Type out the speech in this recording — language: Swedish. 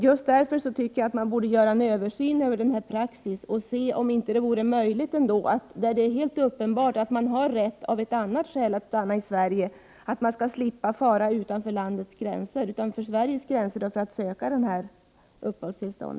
Just därför tycker jag att vi borde se över praxis och undersöka om det inte vore möjligt att vederbörande i fall där det är uppenbart att man har rätt av annat skäl att stanna i Sverige, slipper fara utanför Sveriges gränser för att söka uppehållstillstånd.